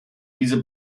diese